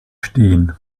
stehen